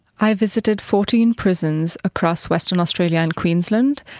i visited fourteen prisons across western australia and queensland,